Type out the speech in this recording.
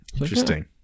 Interesting